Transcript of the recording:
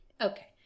Okay